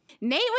Nate